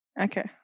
Okay